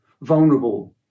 vulnerable